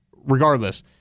regardless